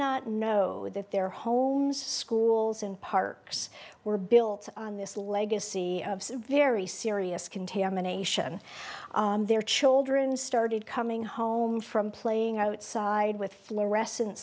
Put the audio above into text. not know that their homes schools and parks were built on this legacy of very serious contamination their children started coming home from playing outside with fluorescent